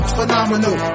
phenomenal